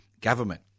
government